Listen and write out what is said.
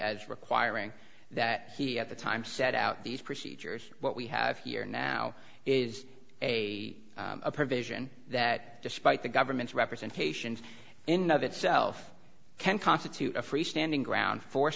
as requiring that he at the time set out these procedures what we have here now is a provision that despite the government's representations in of itself can constitute a freestanding ground for